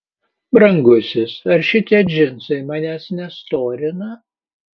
brangusis ar šitie džinsai manęs nestorina